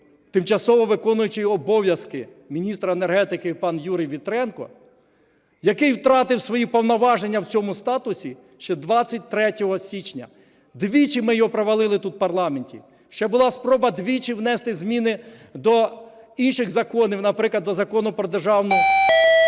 тимчасово виконуючий обов'язки міністра енергетики пан Юрій Вітренко, який втратив свої повноваження у цьому статусі ще 23 січня. Двічі ми його провалили тут, у парламенті. Ще була спроба двічі внести зміни до інших законів, наприклад, до Закону про ДБР,